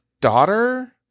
daughter